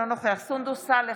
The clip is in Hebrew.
אינו נוכח סונדוס סאלח,